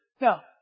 Now